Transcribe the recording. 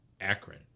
Akron